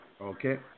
okay